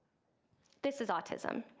this is autism.